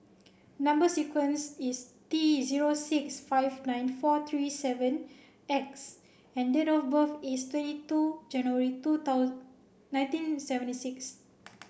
number sequence is T zero six five nine four three seven X and date of birth is twenty two January two nineteen seventy six